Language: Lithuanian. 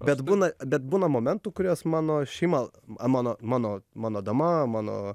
bet būna bet būna momentų kuriuos mano šeima mano mano mano dama mano